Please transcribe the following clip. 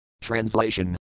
Translation